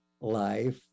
life